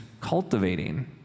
cultivating